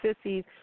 sissies